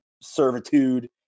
servitude